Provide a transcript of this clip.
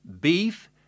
beef